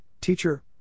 Teacher